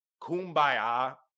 kumbaya